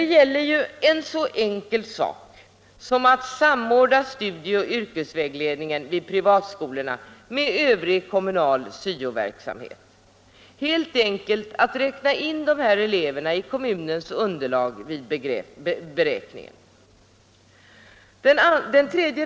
Det gäller ändå en så enkel sak som att samordna studieoch yrkesvägledningen vid privatskolorna med övrig kommunal syoverksamhet, att helt enkelt räkna in de här eleverna i kommunens underlag vid beräkningen. Detta föreslår vi i reservationen 2.